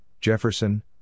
Jefferson